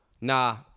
Nah